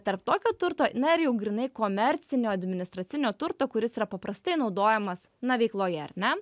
tarp tokio turto na ir jau grynai komercinio administracinio turto kuris yra paprastai naudojamas na veikloje ar ne